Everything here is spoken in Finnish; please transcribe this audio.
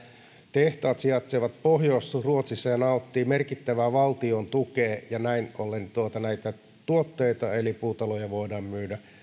tehtaat sijaitsevat pohjois ruotsissa ja nauttivat merkittävää valtion tukea ja näin ollen näitä tuotteita eli puutaloja voidaan myydä